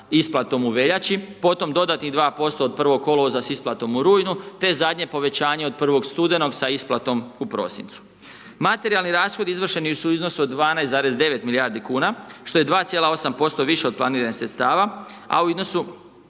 isplatom u veljači, potom dodatnih 2% od 1. kolovoza sa isplatom u rujnu, te zadnje povećanje od 1. studenog sa isplatom u prosincu. Materijalni rashodi izvršeni su u iznosu od 12,9 milijardi kuna što je 2,8% više od planiranih sredstava, a u iznosu